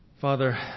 Father